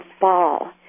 fall